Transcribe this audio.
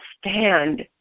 stand